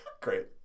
Great